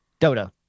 Dota